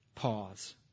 Pause